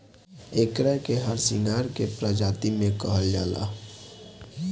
एकरा के हरसिंगार के प्रजाति भी कहल जाला